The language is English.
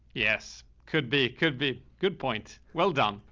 yes. could be, could be. good point. well done.